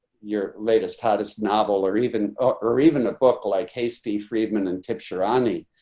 your latest hottest novel or even or even a book like hasti friedman and tip shirani,